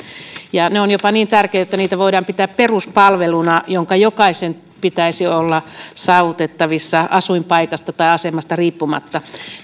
ne ovat jopa niin tärkeitä että niitä voidaan pitää peruspalveluna jonka pitäisi olla jokaisen saavutettavissa asuinpaikasta tai asemasta riippumatta